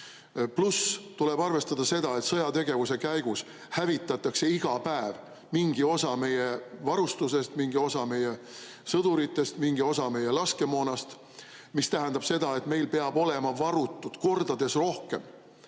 Pluss, tuleb arvestada seda, et sõjategevuse käigus hävitatakse iga päev mingi osa meie varustusest, mingi osa meie sõduritest, mingi osa meie laskemoonast. See tähendab seda, et meil peab olema varutud kordades rohkem,